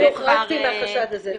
אני הוחרגתי מהחשד הזה.